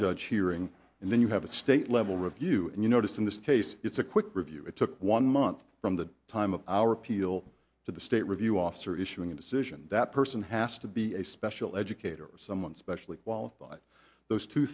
judge hearing and then you have a state level review and you notice in this case it's a quick review it took one month from the time of our appeal to the state review officer issuing a decision that person has to be a special educator or someone specially qualified those two